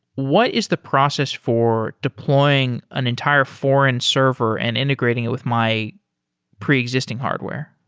what is the process for deploying an entire foreign server and integrating it with my pre-existing hardware?